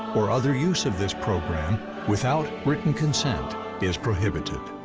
or other use of this program without written consent is prohibited.